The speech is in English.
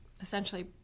essentially